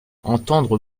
entendre